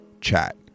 Chat